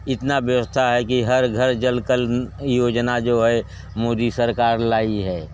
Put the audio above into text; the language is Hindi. इतना व्यवस्था है कि हर घर जल कल योजना जो है मोदी सरकार लाई हैं